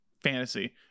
fantasy